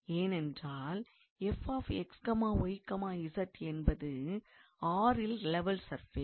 ஏனென்றால் 𝑓𝑥𝑦𝑧 என்பது R ல் லெவல் சர்ஃபேஸ்